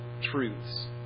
truths